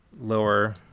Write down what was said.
lower